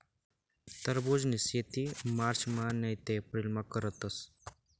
टरबुजनी शेती मार्चमा नैते एप्रिलमा करतस